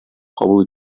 кабул